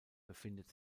befindet